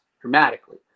dramatically